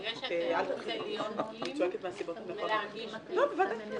נראה שאתה רוצה להיות עם ולהרגיש בלי.